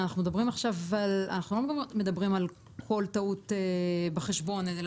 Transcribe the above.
אנחנו לא מדברים על כל טעות בחשבון אלא